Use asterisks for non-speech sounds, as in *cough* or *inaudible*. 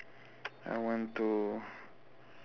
*noise* I want to